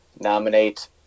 nominate